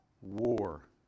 war